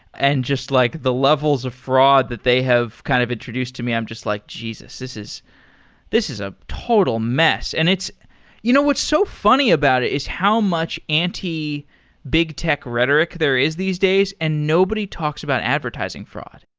and just like the levels of fraud that they have kind of introduced to me, i'm just like, jesus! this is this is a total mess. and you know what's so funny about it is how much anti big tech rhetoric there is these days, and nobody talks about advertising fraud.